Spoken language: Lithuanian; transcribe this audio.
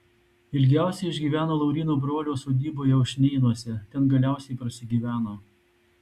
ilgiausiai išgyveno lauryno brolio sodyboje ušnėnuose ten galiausiai prasigyveno